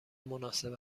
مناسب